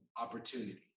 opportunity